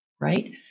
right